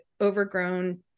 overgrown